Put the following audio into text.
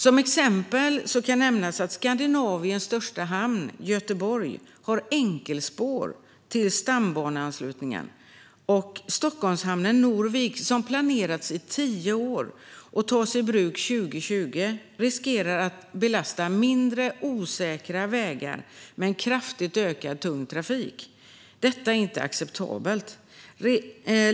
Som exempel kan nämnas att Skandinaviens största hamn, Göteborg, har enkelspår till stambaneanslutningen. Stockholmshamnen Norvik, som planerats i 10 år och tas i bruk 2020, riskerar att belasta mindre, osäkra vägar med en kraftigt ökad tung trafik. Detta är inte acceptabelt.